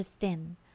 thin